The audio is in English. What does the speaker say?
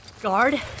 Guard